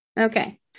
Okay